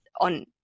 on